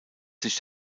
sich